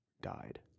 died